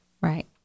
Right